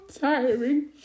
tiring